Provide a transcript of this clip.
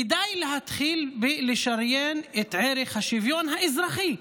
כדאי להתחיל בלשריין את ערך השוויון האזרחי,